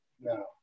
no